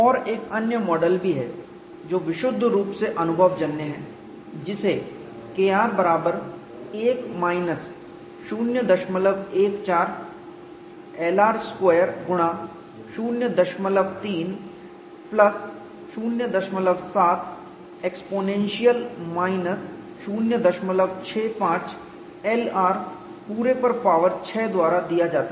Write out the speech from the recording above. और एक अन्य मॉडल भी है जो विशुद्ध रूप से अनुभवजन्य है जिसे Kr बराबर 1 माइनस 014 Lr2 गुणा 03 प्लस 07 एक्स्पोनेंशियल माइनस 065 Lr पूरे पर पावर 6 द्वारा दिया जाता है